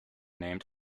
named